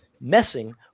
messing